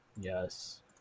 Yes